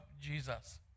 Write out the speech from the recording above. Jesus